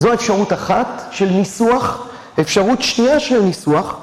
זו האפשרות אחת, של ניסוח. אפשרות שנייה של ניסוח...